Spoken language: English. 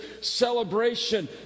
celebration